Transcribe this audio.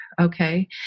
okay